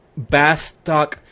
Bastock